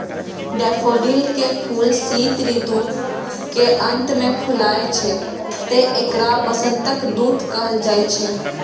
daffodil के फूल शीत ऋतु के अंत मे फुलाय छै, तें एकरा वसंतक दूत कहल जाइ छै